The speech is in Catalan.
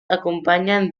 acompanyen